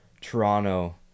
Toronto